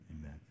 Amen